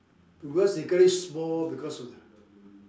because you get it small because of the